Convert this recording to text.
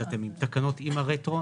אנחנו מצביעים על התקנות כמקשה אחת.